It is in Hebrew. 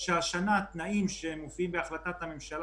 שהשנה התנאים שמופיעים בהחלטת הממשלה